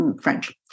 French